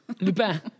Lupin